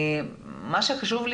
מה שחשוב,